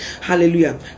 Hallelujah